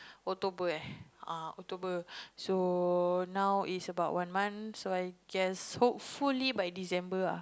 October eh October so now it's about one month so I guess hopefully by December ah